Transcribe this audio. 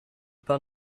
put